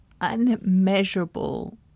unmeasurable